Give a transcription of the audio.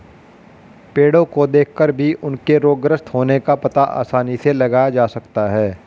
पेड़ो को देखकर भी उनके रोगग्रस्त होने का पता आसानी से लगाया जा सकता है